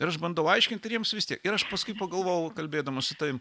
ir aš bandau aiškint ir jiems vis tiek ir aš paskui pagalvojau kalbėdamas su tavim